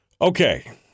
Okay